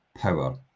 power